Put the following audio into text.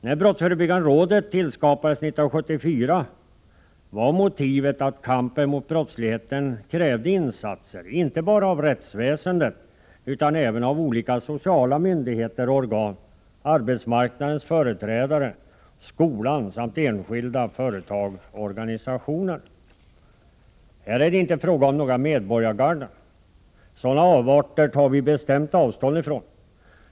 När brottsförebyggande rådet tillskapades 1974 var motivet att kampen mot brottsligheten krävde insatser inte bara av rättsväsendet, utan även av olika sociala myndigheter och organ, arbetsmarknadens företrädare, skolan samt enskilda, företag och organisationer. Här är det inte fråga om några medborgargarden — sådana avarter tar vi bestämt avstånd ifrån.